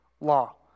law